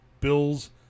bills